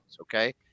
Okay